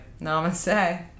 Namaste